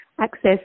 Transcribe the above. access